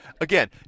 again